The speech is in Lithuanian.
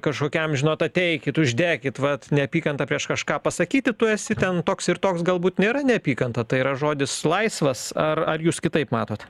kažkokiam žinot ateikit uždekit vat neapykanta prieš kažką pasakyt tu esi ten toks ir toks galbūt nėra neapykanta tai yra žodis laisvas ar ar jūs kitaip matot